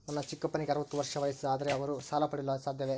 ನನ್ನ ಚಿಕ್ಕಪ್ಪನಿಗೆ ಅರವತ್ತು ವರ್ಷ ವಯಸ್ಸು, ಆದರೆ ಅವರು ಸಾಲ ಪಡೆಯಲು ಸಾಧ್ಯವೇ?